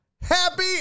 Happy